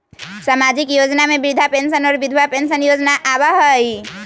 सामाजिक योजना में वृद्धा पेंसन और विधवा पेंसन योजना आबह ई?